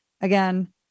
Again